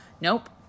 nope